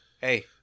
Hey